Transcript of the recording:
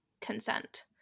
consent